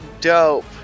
Dope